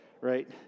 right